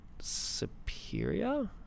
superior